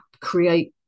create